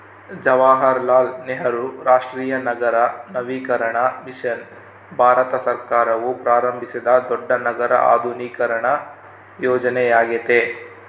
ಜವಾಹರಲಾಲ್ ನೆಹರು ರಾಷ್ಟ್ರೀಯ ನಗರ ನವೀಕರಣ ಮಿಷನ್ ಭಾರತ ಸರ್ಕಾರವು ಪ್ರಾರಂಭಿಸಿದ ದೊಡ್ಡ ನಗರ ಆಧುನೀಕರಣ ಯೋಜನೆಯ್ಯಾಗೆತೆ